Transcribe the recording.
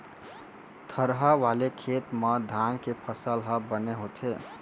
थरहा वाले खेत म धान के फसल ह बने होथे